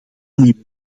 nieuwe